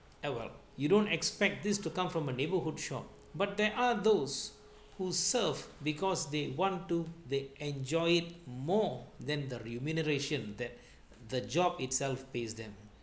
eh well you don't expect this to come from a neighborhood shop but there are those who serve because they want to they enjoy it more than the remuneration that the job itself pays them